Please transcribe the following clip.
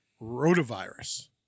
rotavirus